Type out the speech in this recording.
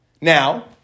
Now